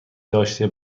داشته